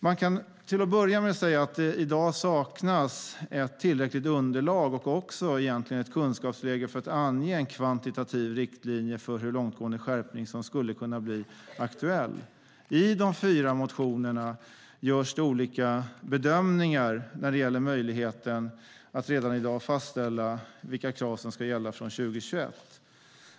Man kan till att börja med säga att det i dag saknas tillräckligt underlag och egentligen också kunskap för att ange en kvantitativ riktlinje för hur långtgående skärpning som skulle kunna bli aktuell. I de fyra motionerna görs det olika bedömningar när det gäller möjligheten att redan i dag fastställa vilka krav som ska gälla från 2021.